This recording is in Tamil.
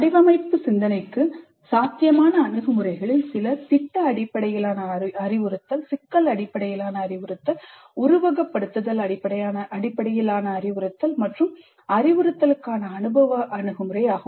வடிவமைப்பு சிந்தனைக்கு சாத்தியமான அணுகுமுறைகளில் சில திட்ட அடிப்படையிலான அறிவுறுத்தல் சிக்கல் அடிப்படையிலான அறிவுறுத்தல் உருவகப்படுத்துதல் அடிப்படையிலான அறிவுறுத்தல் மற்றும் அறிவுறுத்தலுக்கான அனுபவ அணுகுமுறை ஆகும்